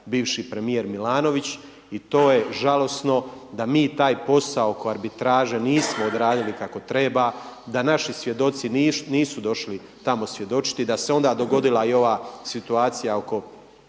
bivši premijer Milanović i to je žalosno da mi taj posao oko arbitraže nismo odradili kako treba, da naši svjedoci nisu došli tamo svjedočiti, da se onda dogodila i ova situacija oko